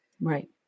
Right